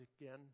again